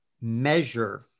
measure